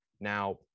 Now